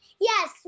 Yes